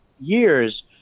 years